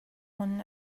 hmun